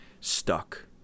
stuck